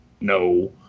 No